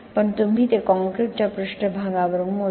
पण तुम्ही ते काँक्रीटच्या पृष्ठभागावरून मोजता